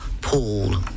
Paul